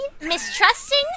mistrusting